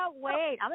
wait